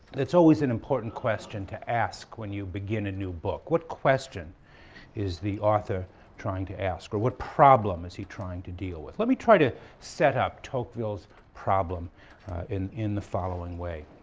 it's always an important question to ask when you begin a new book. what question is the author trying to ask or what problem is he trying to deal with? let me try to set up tocqueville's problem in in the following way.